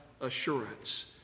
assurance